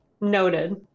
Noted